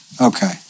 Okay